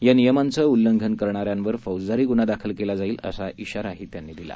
या नियमाचं उल्लंघन करणाऱ्यांवर फौजदारी ग्न्हा दाखल केला जाईल असा इशाराही त्यांनी दिला